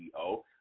CEO